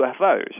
UFOs